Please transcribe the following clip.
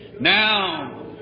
Now